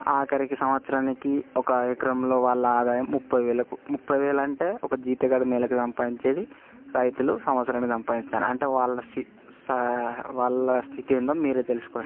ఆఖరికి సంవత్సరానికి ఒక ఎకరంలో వాళ్ళ ఆదాయం ముప్పై వేలకు ముప్పై వేలు అంటే ఒక జీతగాడు నెలకు సంపాదించేది రైతులు సంవత్సరానికి సంపాదిస్తారు అంటే వాళ్ళ సి సా స్థితి ఏందో మీరే తెలుసుకోండి